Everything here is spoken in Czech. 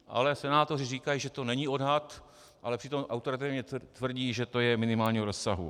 Ale senátoři říkají, že to není odhad, ale přitom autoritativně tvrdí, že to je v minimálním rozsahu.